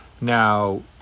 Now